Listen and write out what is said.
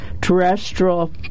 terrestrial